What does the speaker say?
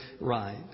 right